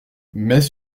mais